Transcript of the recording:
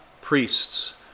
priests